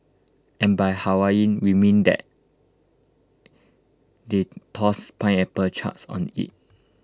and by Hawaiian we mean that they tossed pineapple chunks on IT